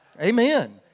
Amen